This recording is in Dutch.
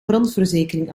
brandverzekering